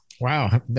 Wow